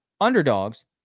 underdogs